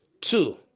two